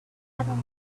suddenly